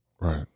Right